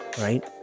right